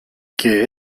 qué